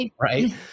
right